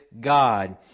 God